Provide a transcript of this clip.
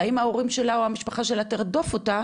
האם ההורים שלה או המשפחה שלה תרדוף אותה